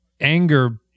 anger